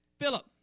Philip